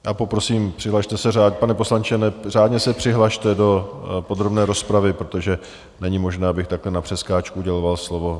Já poprosím, přihlaste se řádně, pane poslanče, řádně se přihlaste do podrobné rozpravy, protože není možné, abych takhle na přeskáčku uděloval slovo.